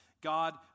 God